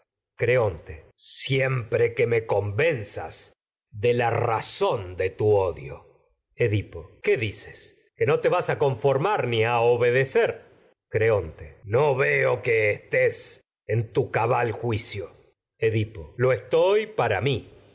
creonte de tu siempre que me convenzas de la razón odio edipo qué dices que no te vas a conformar ni a obedecer creonte edipo no veo que estés en tu cabal juicio lo estoy para mi